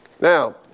Now